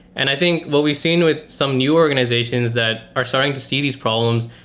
and i think what we've seen with some newer organizations that are starting to see these problems,